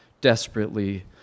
desperately